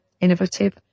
innovative